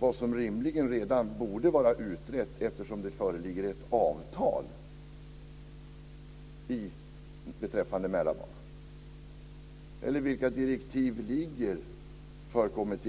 vad som rimligen redan borde vara utrett eftersom det föreligger ett avtal beträffande Mälarbanan? Vilka direktiv har kommittén?